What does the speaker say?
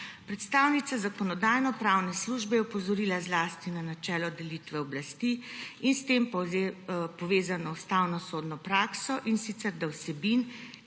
Predstavnica Zakonodajno-pravne službe je opozorila zlasti na načelo delitve oblasti in s tem povezano ustavnosodno prakso, in sicer da vsebin,